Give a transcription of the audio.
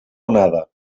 onada